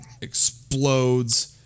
explodes